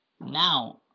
Now